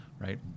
right